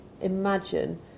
imagine